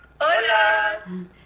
Hola